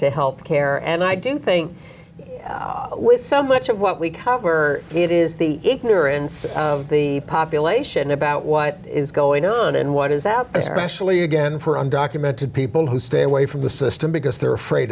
to health care and i do think with some much of what we cover it is the ignorance of the population about what is going on and what is out there especially again for undocumented people who stay away from the system because they're afraid